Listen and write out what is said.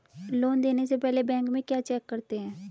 Loan देने से पहले बैंक में क्या चेक करते हैं?